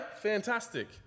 Fantastic